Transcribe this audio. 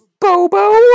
Bobo